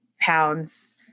pounds